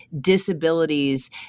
disabilities